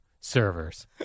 servers